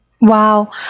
wow